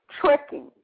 tricking